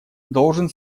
должен